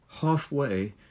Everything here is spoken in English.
halfway